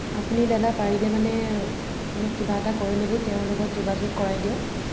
আপুনি দাদা পাৰিলে মানে মোক কিবা এটা কৰি মেলি তেওঁৰ লগত যোগাযোগ কৰাই দিয়ক